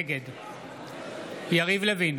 נגד יריב לוין,